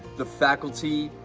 the faculty,